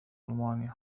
ألمانيا